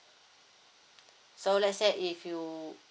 so let's say if you